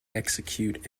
execute